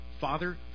father